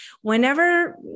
whenever